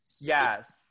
Yes